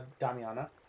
Damiana